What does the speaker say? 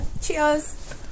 Cheers